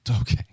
Okay